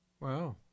Wow